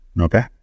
Okay